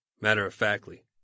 matter-of-factly